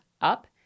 up